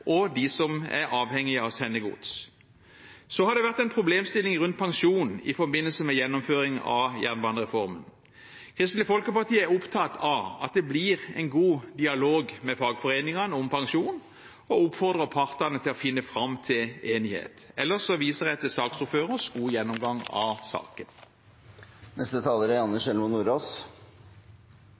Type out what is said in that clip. og for dem som er avhengig av å sende gods. Så har det vært en problemstilling rundt pensjon i forbindelse med gjennomføring av jernbanereformen. Kristelig Folkeparti er opptatt av at det blir en god dialog med fagforeningene om pensjon og oppfordrer partene til å komme fram til enighet. Ellers viser jeg til saksordførerens gode gjennomgang av saken. Det er